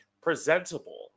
presentable